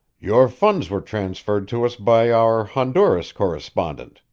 your funds were transferred to us by our honduras correspondent,